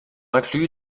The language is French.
inclus